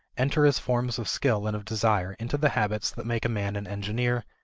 enter as forms of skill and of desire into the habits that make a man an engineer,